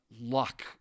luck